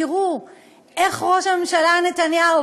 תראו איך ראש הממשלה נתניהו,